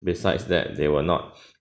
besides that they were not